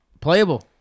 Playable